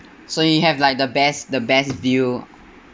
so you have like the best the best view